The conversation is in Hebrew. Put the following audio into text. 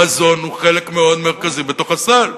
המזון הוא חלק מאוד מרכזי בסל,